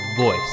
Voice